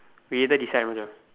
we later decide Macha